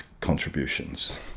contributions